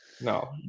No